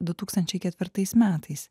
du tūkstančiai ketvirtais metais